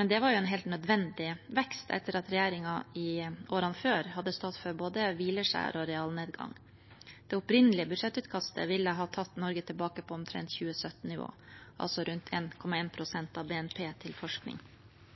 men det var en helt nødvendig vekst etter at regjeringen i årene før hadde stått for både hvileskjær og realnedgang. Det opprinnelige budsjettutkastet ville tatt Norge tilbake på omtrent 2017-nivå, altså rundt 1,1 pst. av BNP til forskning.